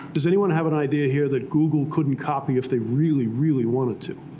does anyone have an idea here that google couldn't copy if they really, really wanted to?